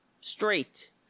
straight